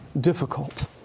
difficult